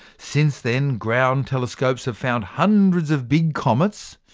since then, ground telescopes have found hundreds of big comets,